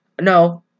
No